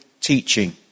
teaching